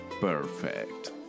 Perfect